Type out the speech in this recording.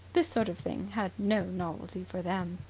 this sort of thing had no novelty for them.